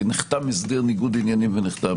נחתם הסדר ניגוד עניינים וכו'.